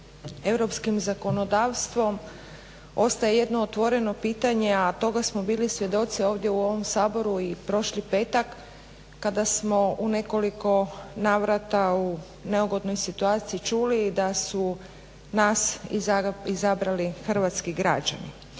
europskim zakonodavstvom ostaje jedno otvoreno pitanje, a toga smo bili svjedoci ovom u ovom Saboru i prošli petak kada smo u nekoliko navrata u neugodnoj situaciji čuli da su nas izabrali hrvatski građani.